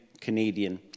Canadian